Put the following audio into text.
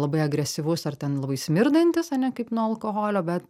labai agresyvus ar ten labai smirdantis ane kaip nuo alkoholio bet